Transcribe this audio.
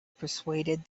persuaded